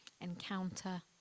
Encounter